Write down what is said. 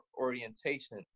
orientation